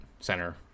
center